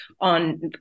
on